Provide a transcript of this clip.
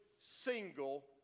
single